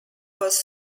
was